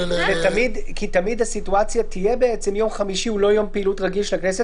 תמיד הסיטואציה תהיה כאשר יום חמישי הוא לא יום פעילות רגל של הכנסת